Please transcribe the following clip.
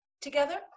together